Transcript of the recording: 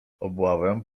obławę